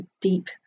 deep